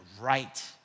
right